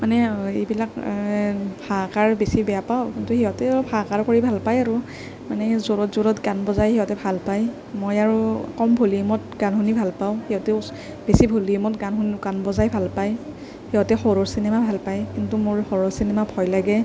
মানে এইবিলাক হাহাকাৰ বেছি বেয়া পাওঁ কিন্তু সিহঁতে অলপ হাহাকাৰ কৰি ভাল পায় আৰু মানে জোৰত জোৰত গান বজাই সিহঁতে ভাল পায় মই আৰু কম ভলিউমত গান শুনি ভাল পাওঁ সিহঁতে বেছি ভলিউমত গান শুনি গান বজাই ভাল পায় সিহঁতে হ'ৰৰ চিনেমা ভাল পায় কিন্তু মোৰ হ'ৰৰ চিনেমা ভয় লাগে